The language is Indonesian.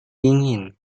dingin